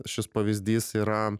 šis pavyzdys yra